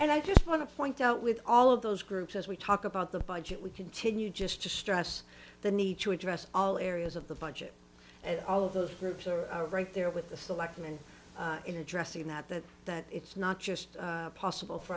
and i just want to point out with all of those groups as we talk about the budget we continue just to stress the need to address all areas of the budget and all of those groups are right there with the selectmen in addressing that that that it's not just possible for